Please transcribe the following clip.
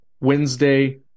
Wednesday